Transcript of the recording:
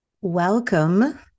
welcome